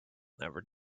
never